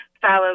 follow